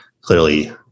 clearly